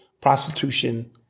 prostitution